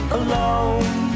alone